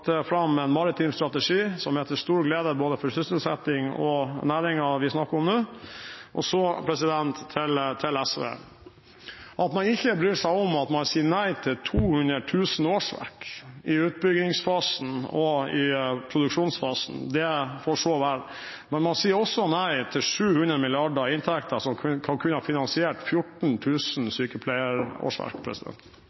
fram en maritim strategi som er til stor glede for både sysselsetting og næringene vi snakker om nå. Så til SV: At man ikke bryr seg om at man sier nei til 200 000 årsverk i utbyggingsfasen og produksjonsfasen, får så være, men man sier også nei til 700 mrd. kr i inntekter, som kunne finansiert 14 000 sykepleierårsverk.